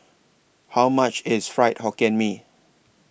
How much IS Fried Hokkien Mee